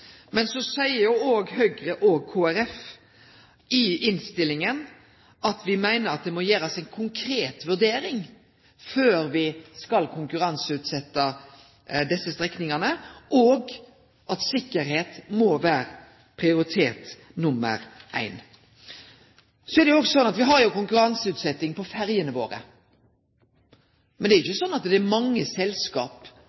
innstillinga at me meiner det må gjerast ei konkret vurdering før me skal konkurranseutsetje desse strekningane, og at sikkerheit må vere prioritet nr. éin. Me har jo òg konkurranseutsetjing på ferjene våre. Men det er ikkje mange selskap som opererer på kvar ferjestrekning. I dette tilfellet er